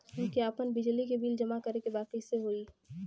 हमके आपन बिजली के बिल जमा करे के बा कैसे होई?